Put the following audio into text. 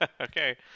Okay